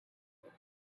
would